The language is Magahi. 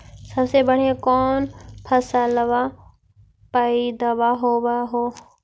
सबसे बढ़िया कौन फसलबा पइदबा होब हो?